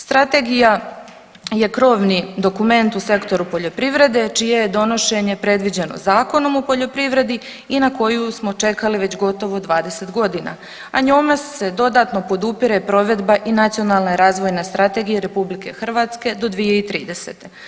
Strategija je krovni dokument u sektoru poljoprivrede čije je donošenje predviđeno Zakonom o poljoprivredi i na koju smo čekali već gotovo 20 godina, a njome se dodatno podupire provedba i Nacionalne razvojne strategije RH do 2030.